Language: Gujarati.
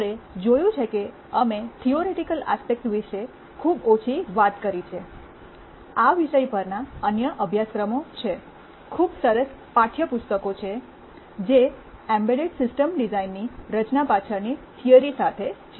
આપણે જોયું છે કે અમે થિયોરેટિકેલ આસ્પેક્ટ વિશે ખૂબ ઓછી વાત કરી છે આ વિષય પરના અન્ય અભ્યાસક્રમો છે ખૂબ સરસ પાઠયપુસ્તકો છે જે એમ્બેડ સિસ્ટમ્સ ડિઝાઇનની રચના પાછળની થિયરી સાથે રહે છે